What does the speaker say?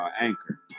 Anchor